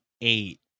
eight